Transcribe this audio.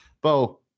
Bo